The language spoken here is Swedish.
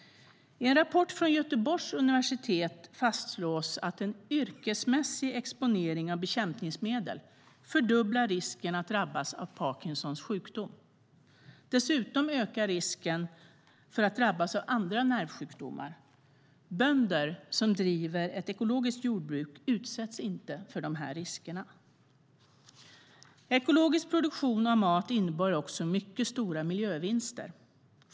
I en rapport från Göteborgs universitet fastslås att en yrkesmässig exponering för bekämpningsmedel fördubblar risken att drabbas av Parkinsons sjukdom. Dessutom ökar risken för att drabbas av andra nervsjukdomar. Bönder som driver ett ekologiskt jordbruk utsätts inte för dessa risker. Ekologisk produktion av mat innebär också mycket stora miljövinster.